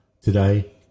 today